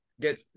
get